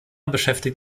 beschäftigt